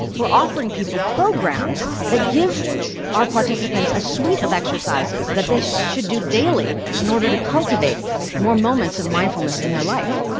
we're offering people programs that give our participants a suite of exercises that they should do daily in order to cultivate more moments of mindfulness in their life.